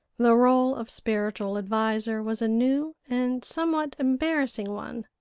the role of spiritual adviser was a new and somewhat embarrassing one.